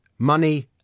Money